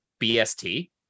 BST